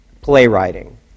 playwriting